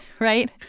right